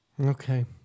Okay